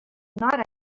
not